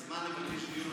כי הזמן שאפשר לבקש דיון